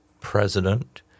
president